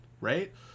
right